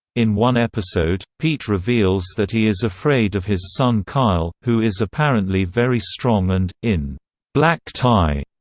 in one episode, pete reveals that he is afraid of his son kyle, who is apparently very strong and, in black tie,